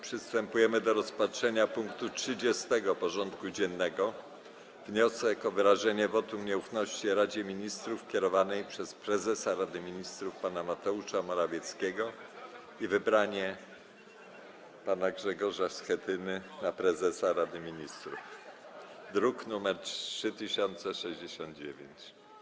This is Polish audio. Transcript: Przystępujemy do rozpatrzenia punktu 30. porządku dziennego: Wniosek o wyrażenie wotum nieufności Radzie Ministrów kierowanej przez prezesa Rady Ministrów pana Mateusza Morawieckiego i wybranie pana Grzegorza Schetyny na prezesa Rady Ministrów (druk nr 3069)